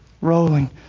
rolling